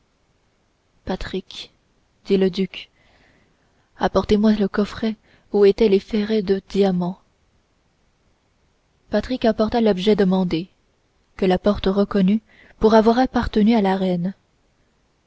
patrick dit le duc apportez-moi le coffret où étaient les ferrets de diamants patrick apporta l'objet demandé que la porte reconnut pour avoir appartenu à la reine